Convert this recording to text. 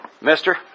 Mister